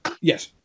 Yes